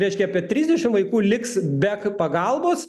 reiškia apie trisdešimt vaikų liks be pagalbos